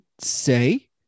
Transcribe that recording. say